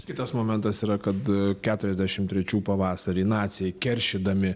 kitas momentas yra kad keturiasdešimt trečių pavasarį naciai keršydami